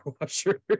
washer